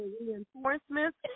reinforcements